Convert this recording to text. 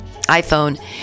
iPhone